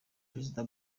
perezida